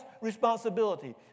responsibility